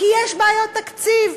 כי יש בעיות תקציב.